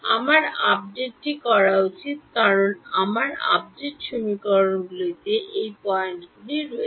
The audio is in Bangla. আমার আপডেটটি করা উচিত কারণ আমার আপডেট সমীকরণটিতে এই পয়েন্টগুলি রয়েছে